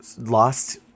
lost